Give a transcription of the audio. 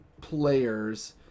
players